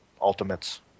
Ultimates